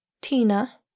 Tina